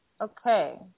okay